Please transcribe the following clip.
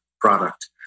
product